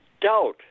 Doubt